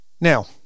Now